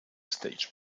stage